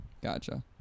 Gotcha